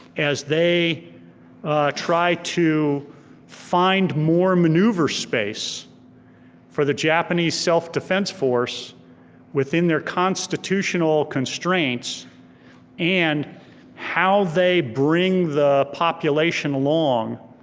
as they try to find more maneuver space for the japanese self defense force within their constitutional constraints and how they bring the population along